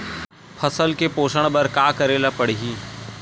फसल के पोषण बर का करेला पढ़ही?